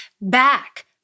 back